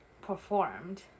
performed